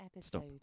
stop